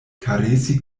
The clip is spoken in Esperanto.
karesi